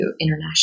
international